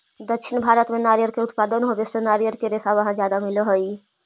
दक्षिण भारत में नारियर के उत्पादन होवे से नारियर के रेशा वहाँ ज्यादा मिलऽ हई